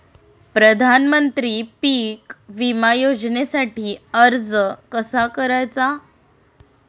प्रधानमंत्री पीक विमा योजनेसाठी अर्ज कसा करायचा?